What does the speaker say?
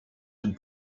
het